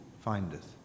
findeth